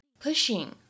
pushing